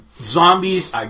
zombies